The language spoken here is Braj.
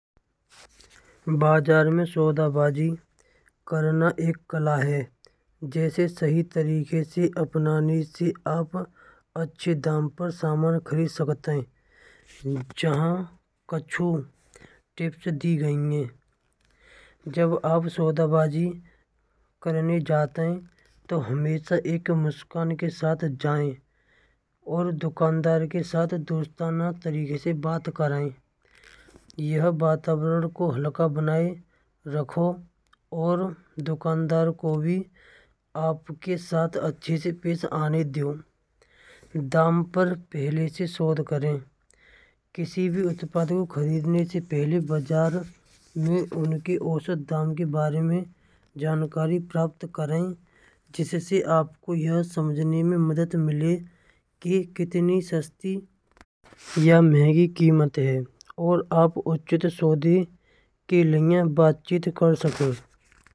बाज़ार में सौदा बाजी करना एक कला है जैसे सही तरीके से अपनाने से आप अच्छे दाम पर सामान खरीद सकते हैं। यहाँ कुछ टिप्स दे गइ हैं जब आप सौदा बाजी करने जाते हैं तो हमेशा एक मुस्कान के साथ जाएँ और दुकानदार के साथ दोस्ताना तरीके से बात करें। यहाँ वातावरण को हल्का बनाए रखो और दुकानदार को भी आपके साथ अच्छे से पेश आने दो। दाम पर पहले से शोध करें। किसी भी उत्पादों को खरीदने से पहले बाज़ार में उनकी औसत दाम के बारे में जानकारी प्राप्त करें। जिससे आपको यह समझने में मदद मिले कि कितनी सस्ती या महँगी कीमत है और आप उचित सौदे के लिए बातचीत कर सकें।